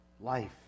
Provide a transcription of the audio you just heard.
life